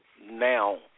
now